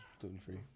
gluten-free